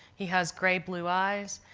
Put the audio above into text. he has gray blue eyes,